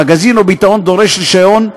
מגזין או ביטאון דורשת רישיון,